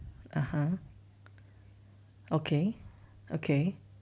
(uh huh) okay okay